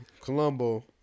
Colombo